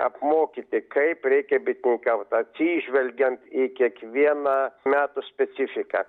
apmokyti kaip reikia bitininkaut atsižvelgiant į kiekvieną metų specifiką